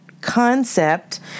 concept